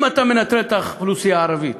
אם אתה מנטרל את האוכלוסייה הערבית